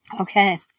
Okay